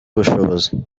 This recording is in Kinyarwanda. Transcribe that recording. ubushobozi